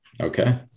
Okay